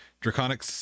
Draconic